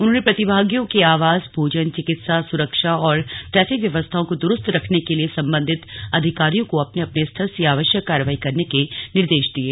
उन्होने प्रतिभागियों के आवास भोजन चिकित्सा सुरक्षा और ट्रैफिक व्यवस्थाओं को दुरूस्त रखने के लिये सम्बन्धित अधिकारियों को अपने अपने स्तर से आवश्यक कार्रवाई करने के निर्देश दिये